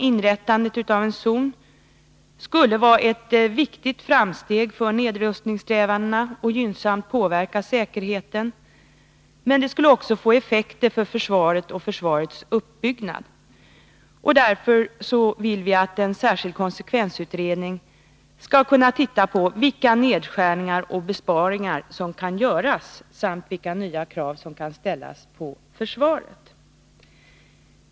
Inrättandet av en zon skulle vara ett viktigt framsteg för nedrustningssträvandena och gynnsamt påverka säkerheten, men skulle också få effekter för försvaret och dess uppbyggnad. Därför vill vi att en särskild konsekvensutredning skall kunna titta på vilka nedskärningar och besparingar som kan göras samt vilka nya krav som kan ställas på försvaret.